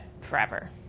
forever